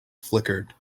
flickered